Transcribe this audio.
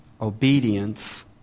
obedience